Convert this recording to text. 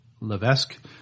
Levesque